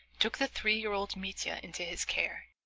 took the three-year-old mitya into his care.